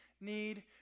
need